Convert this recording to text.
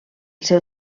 seu